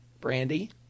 Brandy